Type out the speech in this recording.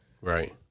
Right